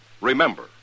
Remember